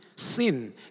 sin